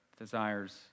Desires